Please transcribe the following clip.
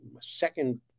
second